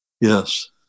Yes